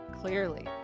Clearly